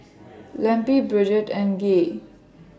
Lempi Bridgett and Gay